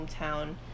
hometown